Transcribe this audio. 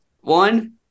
One